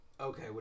Okay